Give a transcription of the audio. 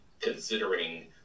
considering